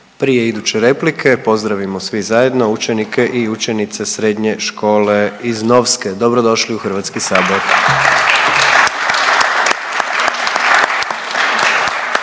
Prije iduće replike pozdravimo svi zajedno učenike i učenice Srednje škole iz Novske. Dobro došli u Hrvatski sabor.